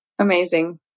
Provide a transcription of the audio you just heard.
Amazing